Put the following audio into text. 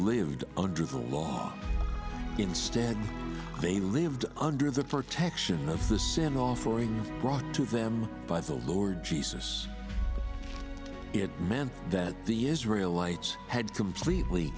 lived under the law instead they lived under the protection of the sin offerings brought to them by the lord jesus it meant that the israel lights had completely